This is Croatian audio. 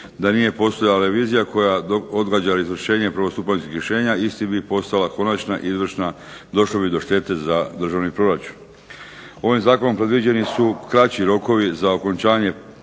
Da nije postojala revizija koja odgađa izvršenje prvostupanjskih rješenja isti bi postao konačna izvršna, došlo bi do štete za državni proračun. Ovim zakonom predviđeni su kraći rokovi za okončanje